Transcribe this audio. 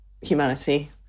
humanity